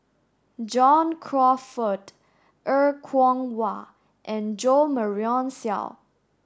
John Crawfurd Er Kwong Wah and Jo Marion Seow